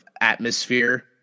atmosphere